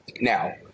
now